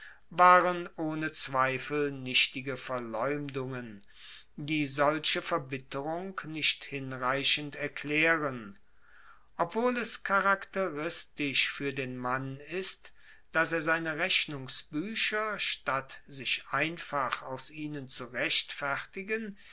waren ohne zweifel nichtige verleumdungen die solche verbitterung nicht hinreichend erklaeren obwohl es charakteristisch fuer den mann ist dass er seine rechnungsbuecher statt sich einfach aus ihnen zu rechtfertigen